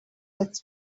that